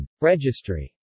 Registry